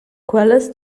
quellas